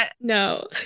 No